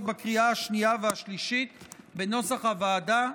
בקריאה השנייה והשלישית כנוסח הוועדה,